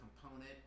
component